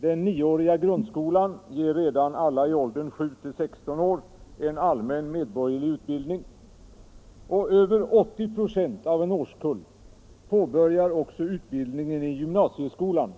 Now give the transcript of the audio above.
Den nioåriga grundskolan ger redan alla i åldern 7-16 år en allmän medborgerlig utbildning, och över 80 96 av en årskull påbörjar också utbildningen i gymnasieskolan